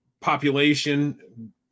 population